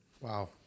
Wow